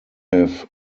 have